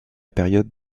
période